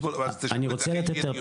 אז בוא אבל צריך לקיים דיון.